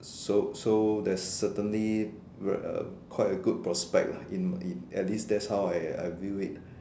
so so that's certainly quite a good prospect lah in in at least that's how I view it